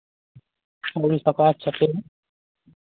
ᱟᱪᱪᱷᱟ ᱛᱮᱦᱮᱧ